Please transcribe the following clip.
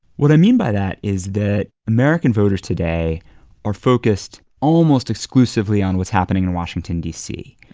what i mean by that is that american voters today are focused almost exclusively on what's happening in washington, d c.